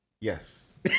Yes